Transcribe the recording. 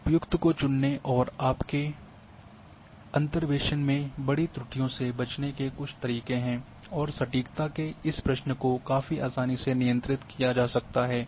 उपयुक्त को चुनने और आपके अंतर्वेसन में बड़ी त्रुटियों से बचने के कुछ तरीके हैं और सटीकता के इस प्रश्न को काफी आसानी से नियंत्रित किया जा सकता है